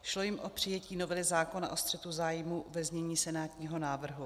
Šlo jim o přijetí novely zákona o střetu zájmů ve znění senátního návrhu.